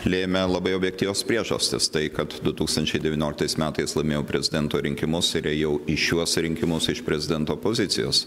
lėmė labai objektyvios priežastys tai kad du tūkstančiai devynioliktais metais laimėjau prezidento rinkimus ir ėjau į šiuos rinkimus iš prezidento pozicijos